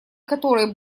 которой